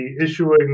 issuing